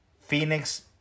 Phoenix